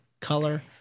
color